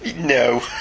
No